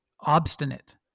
obstinate